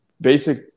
basic